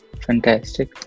fantastic